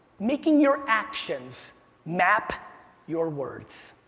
making your actions map your words.